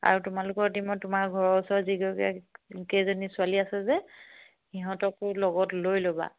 আৰু তোমালোকৰ টীমত তোমাৰ ঘৰৰ ওচৰৰ যি গৰাকী কেইজনী ছোৱালী আছে যে সিহঁতকো লগত লৈ ল'বা